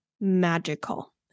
magical